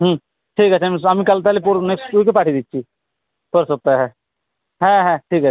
হুম ঠিক আছে আমি আমি কাল তাহলে পো নেক্সট উইকে পাঠিয়ে দিচ্ছি পরের সপ্তাহে হ্যাঁ হ্যাঁ ঠিক আছে